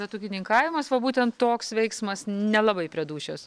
bet ūkininkavimas va būtent toks veiksmas nelabai prie dūšios